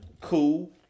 cool